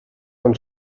und